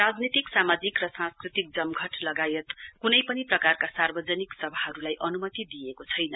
राजनितिक सामाजिक र सांस्कृतिक जमघट लगायत क्नै पनि प्रकारका सार्वजनिक सभाहरूलाई अन्मति दिइएको छैन